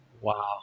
Wow